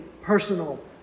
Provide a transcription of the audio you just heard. personal